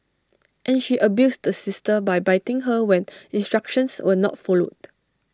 and she abused the sister by biting her when instructions were not followed